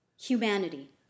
humanity